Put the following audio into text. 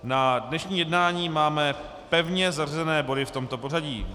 Na dnešní jednání máme pevně zařazené body v tomto pořadí.